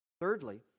Thirdly